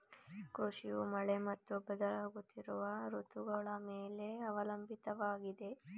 ಕೃಷಿಯು ಮಳೆ ಮತ್ತು ಬದಲಾಗುತ್ತಿರುವ ಋತುಗಳ ಮೇಲೆ ಅವಲಂಬಿತವಾಗಿದೆ